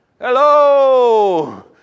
Hello